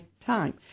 time